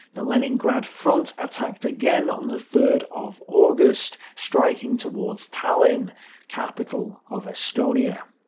the leningrad front attacked again on the third of august, striking towards tallinn capital of estonia.